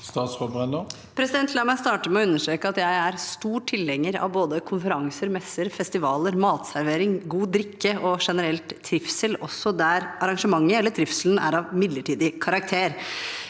La meg starte med å understreke at jeg er stor tilhenger av både konferanser, messer, festivaler, matservering, god drikke og trivsel generelt, også der arrangementet eller trivselen er av midlertidig karakter.